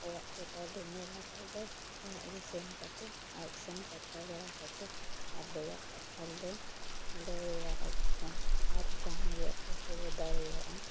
ᱚᱲᱟᱜ ᱠᱚᱛᱟᱭᱞᱮ ᱧᱮᱞᱟᱫ ᱫᱚ ᱚᱲᱟᱜ ᱜᱮ ᱥᱮᱱ ᱠᱟᱛᱮᱜ ᱟᱡ ᱥᱟᱝ ᱠᱟᱛᱷᱟ ᱵᱟᱲᱟ ᱠᱟᱛᱮᱜ ᱟᱞᱮᱭᱟᱜ ᱠᱟᱛᱷᱟᱞᱮ ᱞᱟᱹᱭ ᱭᱟᱭᱟ ᱟᱡᱴᱷᱮᱱ ᱟᱨ ᱡᱟᱦᱟᱸᱜᱮ ᱟᱡ ᱮ ᱜᱚᱲᱚ ᱫᱟᱲᱮᱭᱟᱜᱼᱟ